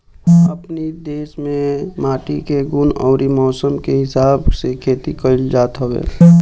अपनी देस में माटी के गुण अउरी मौसम के हिसाब से खेती कइल जात हवे